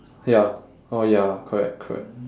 ya oh ya correct correct